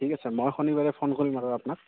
ঠিক আছে মই শনিবাৰে ফোন কৰিম আৰু আপোনাক